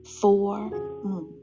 four